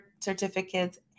certificates